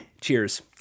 Cheers